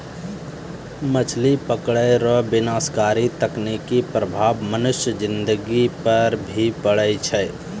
मछली पकड़ै रो विनाशकारी तकनीकी प्रभाव मनुष्य ज़िन्दगी चीज पर भी पड़ै छै